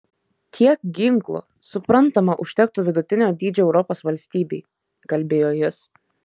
tiek ginklų suprantama užtektų vidutinio dydžio europos valstybei kalbėjo jis